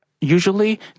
Usually